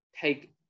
take